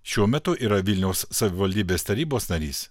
šiuo metu yra vilniaus savivaldybės tarybos narys